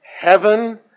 heaven